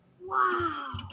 Wow